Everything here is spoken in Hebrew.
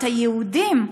את היהודים,